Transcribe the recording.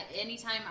anytime